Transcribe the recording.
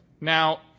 Now